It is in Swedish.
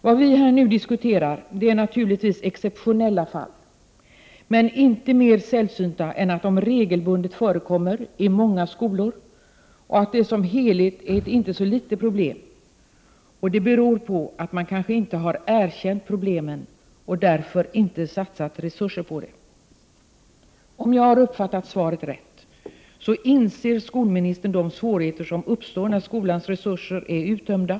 Det vi nu diskuterar här är naturligtvis exceptionella fall, men inte mer sällsynta än att de regelbundet förekommer i många skolor, och som helhet är detta ett inte så litet problem. Det beror på att man kanske inte har erkänt problemen och därför inte satsat resurser på dem. Om jag har uppfattat svaret rätt inser skolministern de svårigheter som uppstår när skolans resurser är uttömda.